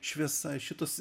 šviesa šitos